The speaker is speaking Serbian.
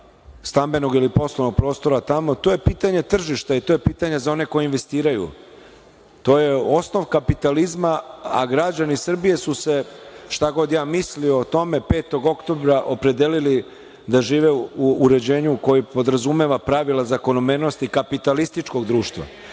stambenog ili poslovnog prostora tamo. To je pitanje tržišta i to je pitanje za one koji investiraju. To je osnov kapitalizma, a građani Srbije su se, šta god ja mislio o tome, 5. oktobra opredelili da žive u uređenju koje podrazumeva pravila zakonomernosti kapitalističkog društva. Tako